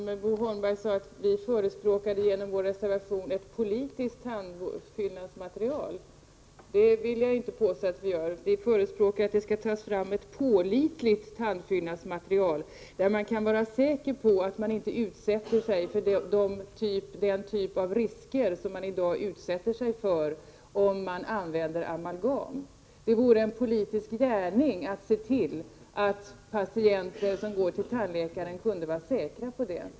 Fru talman! Jag vet inte om jag hörde rätt, om Bo Holmberg sade att vi genom vår reservation förespråkar ett politiskt tandfyllnadsmaterial. Det vill jag inte påstå att vi gör. Vi förespråkar att det skall tas fram ett pålitligt tandfyllnadsmaterial, så att man kan vara säker på att man inte utsätter sig för den typ av risker som är förbundna med användningen av amalgam. Det vore en politisk gärning att se till att patienter som går till tandläkaren kunde vara säkra på det.